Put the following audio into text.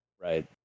right